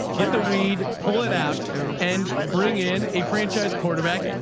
get the weed, pull it out and bring in a franchise quarterback,